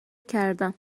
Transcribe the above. کردم